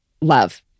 love